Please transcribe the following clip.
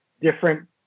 different